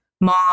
mom